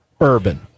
Urban